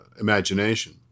Imagination